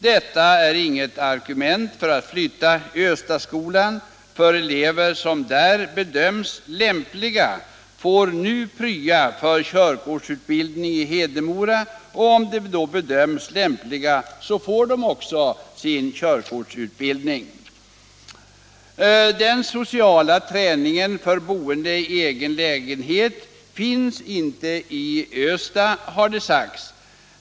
Detta är inget argument för att flytta Östaskolan, för | elever som där bedöms lämpliga får nu prya för körkortsutbildning i | Hedemora, och om de bedöms lämpliga härför får de körkortsutbildning. Den sociala träningen för boende i egen lägenhet finns inte vid Östa, har det sagts.